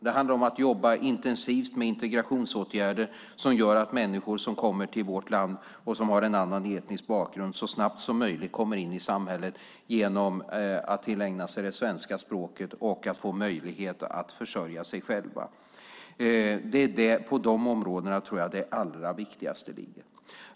Det handlar om att jobba intensivt med integrationsåtgärder som gör att människor som kommer till vårt land och som har en annan etnisk bakgrund så snabbt som möjligt kommer in i samhället genom att tillägna sig det svenska språket och kan få möjlighet att försörja sig själva. Det är inom de områdena som jag tror att det allra viktigaste ligger.